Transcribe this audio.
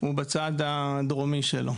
הוא בצד הדרומי שלו.